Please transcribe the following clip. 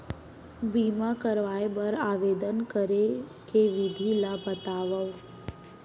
बीमा करवाय बर आवेदन करे के विधि ल बतावव?